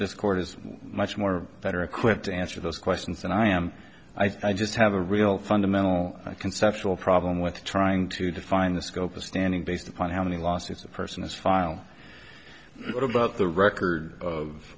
this court is much more better equipped to answer those questions than i am i just have a real fundamental conceptual problem with trying to define the scope of standing based upon how many lawsuits a person has file what about the record of